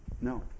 no